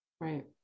Right